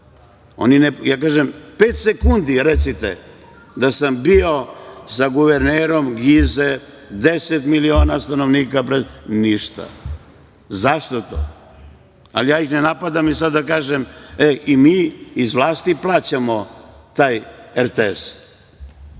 puste. Ja kažem pet sekundi recite da sam bio sa guvernerom Gize, deset miliona stanovnika, i ništa. Zašto je to? Ali, ja ih ne napadam sada da kažem – ej, i mi iz vlasti plaćamo taj RTS.